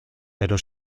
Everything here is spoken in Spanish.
pero